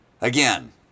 Again